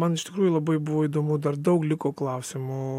man iš tikrųjų labai buvo įdomu dar daug liko klausimų